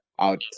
out